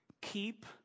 keep